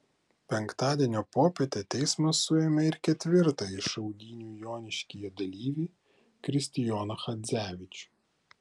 penktadienio popietę teismas suėmė ir ketvirtąjį šaudynių joniškyje dalyvį kristijoną chadzevičių